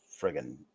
friggin